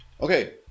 okay